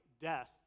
death